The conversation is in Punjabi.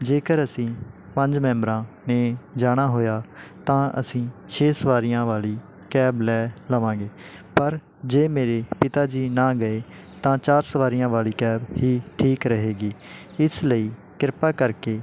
ਜੇਕਰ ਅਸੀਂ ਪੰਜ ਮੈਂਬਰਾਂ ਨੇ ਜਾਣਾ ਹੋਇਆ ਤਾਂ ਅਸੀਂ ਛੇ ਸਵਾਰੀਆਂ ਵਾਲੀ ਕੈਬ ਲੈ ਲਵਾਂਗੇ ਪਰ ਜੇ ਮੇਰੇ ਪਿਤਾ ਜੀ ਨਾ ਗਏ ਤਾਂ ਚਾਰ ਸਵਾਰੀਆਂ ਵਾਲੀ ਕੈਬ ਹੀ ਠੀਕ ਰਹੇਗੀ ਇਸ ਲਈ ਕਿਰਪਾ ਕਰਕੇ